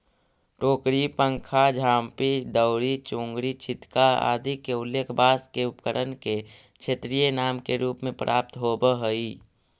टोकरी, पंखा, झांपी, दौरी, चोंगरी, छितका आदि के उल्लेख बाँँस के उपकरण के क्षेत्रीय नाम के रूप में प्राप्त होवऽ हइ